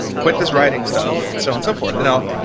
quit this writing stuff, and so on, so forth. now,